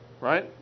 right